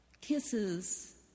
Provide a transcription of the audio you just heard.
kisses